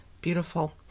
beautiful